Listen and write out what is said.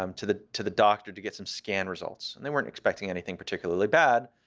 um to the to the doctor to get some scan results. and they weren't expecting anything particularly bad.